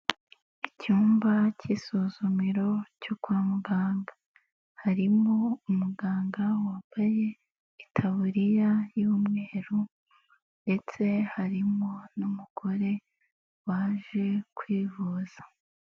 Icyumba k'isuzumiro cyo kwa muganga, harimo umuganga wambaye itaburiya y'umweru ndetse harimo n'umugore waje kwivuza.